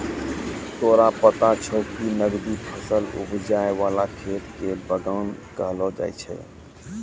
तोरा पता छौं कि नकदी फसल उपजाय वाला खेत कॅ बागान कहलो जाय छै